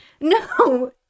no